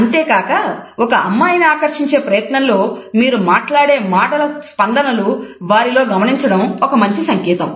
అంతేకాక ఒక అమ్మాయిని ఆకర్షించే ప్రయత్నంలో మీరు మాట్లాడే మాటల స్పందనలను వారిలో గమనించడం ఒక మంచి సంకేతం